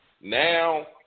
Now